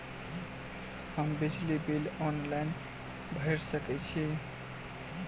हम बिजली bill online भैर सकै छी?